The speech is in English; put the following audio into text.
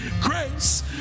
Grace